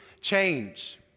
change